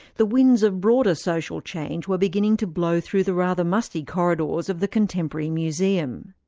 the winds of broader social change were beginning to blow through the rather musty corridors of the contemporary museum.